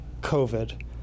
COVID